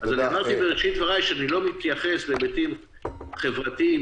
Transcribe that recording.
בראשית דבריי אמרתי שאני לא מתייחס להיבטים חברתיים,